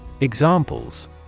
Examples